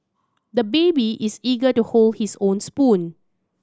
the baby is eager to hold his own spoon